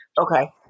Okay